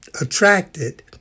attracted